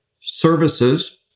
services